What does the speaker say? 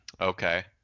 Okay